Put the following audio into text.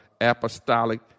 apostolic